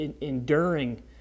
enduring